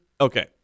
okay